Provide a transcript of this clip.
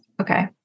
Okay